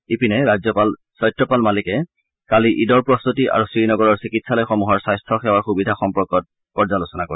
ইপিনে ৰাজ্যপাল সত্যপাল মালিকে কালি ঈদৰ প্ৰস্ত্তি আৰু শ্ৰীনগৰৰ চিকিৎসালয়সমূহৰ স্বাস্থ্য সেৱাৰ সুবিধা সম্পৰ্কত পৰ্যালোচনা কৰে